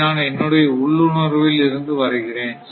இதை நான் என்னுடைய உள்ளுணர்வில் இருந்து வரைகிறேன்